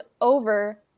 over